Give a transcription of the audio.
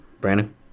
brandon